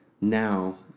now